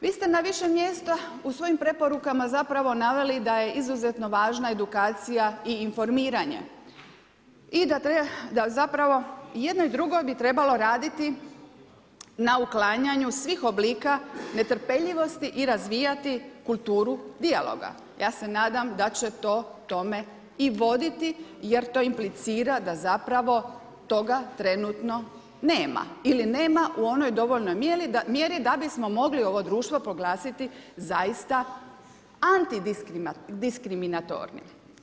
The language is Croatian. Vi ste na više mjesta u svojim preporukama zapravo naveli da je izuzetno važna edukacija i informiranje i da zapravo i jedno i drugo bi trebalo raditi na uklanjanju svih oblika netrpeljivosti i razvijati kulturu dijaloga, ja se nadam da će to tome i voditi, jer implicira da zapravo toga trenutno nema ili nema u onoj dovoljnoj mjeri da bismo mogli ovo društvo proglasiti zaista antidiskiriminatornim.